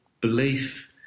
belief